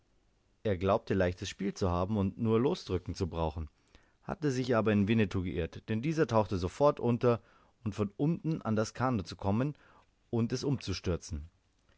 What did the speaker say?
er glaubte leichtes spiel zu haben und nur losdrücken zu brauchen hatte sich aber in winnetou geirrt denn dieser tauchte sofort unter um von unten an das kanoe zu kommen und es umzustürzen